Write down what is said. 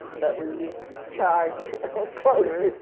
but we used to charge so clothes